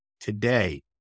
today